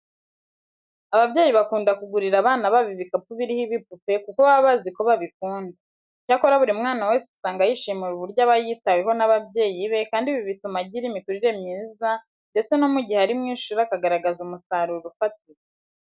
Ababyeyi bakunda kugurira abana babo ibikapu biriho ibipupe kuko baba bazi ko babikunda. Icyakora buri mwana wese usanga yishimira uburyo aba yitaweho n'ababyeyi be kandi ibi bituma agira imikurire myiza ndetse no mu gihe ari mu ishuri akagaragaza umusaruro ufatika.